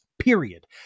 period